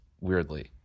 weirdly